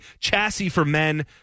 ChassisFormen